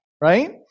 Right